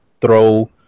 throw